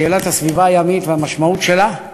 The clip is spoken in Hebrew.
בשאלת הסביבה הימית והמשמעות שלה,